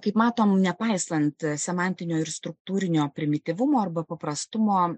kaip matom nepaisant semantinio ir struktūrinio primityvumo arba paprastumo